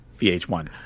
VH1